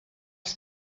els